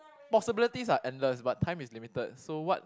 possibilities are endless but time is limited so what